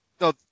no